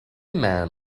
man